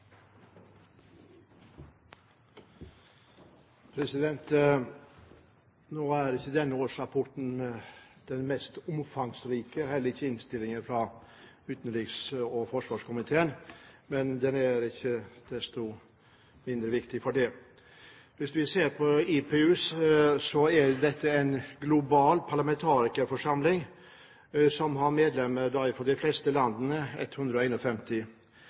heller ikke innstillingen fra utenriks- og forsvarskomiteen – men ikke desto mindre er den viktig. Hvis vi ser på IPU, er det en global parlamentarikerforsamling som har medlemmer fra de fleste land, 151 land. Denne forsamlingen skal arbeide for utviklingen av et representativt demokrati i alle verdensdeler, og